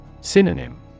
Synonym